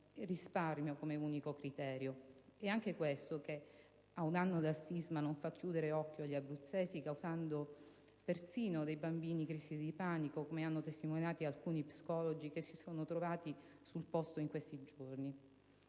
il risparmio come unico criterio. È anche questo che, ad un anno dal sisma, non fa chiudere occhio agli abruzzesi, causando persino nei bambini crisi di panico, come hanno testimoniato alcuni psicologi che si sono trovati sul posto in questi giorni.